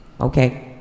Okay